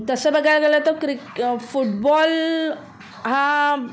तसं बघायला गेलं तो क्रिक फुटबॉल हा